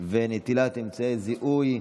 ונטילת אמצעי זיהוי)